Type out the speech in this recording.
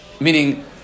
Meaning